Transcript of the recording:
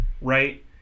right